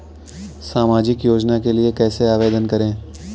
सामाजिक योजना के लिए कैसे आवेदन करें?